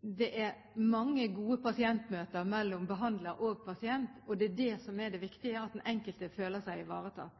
det er mange gode pasientmøter mellom behandler og pasient, og det er det som er det viktige – at den enkelte føler seg ivaretatt.